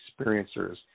experiencers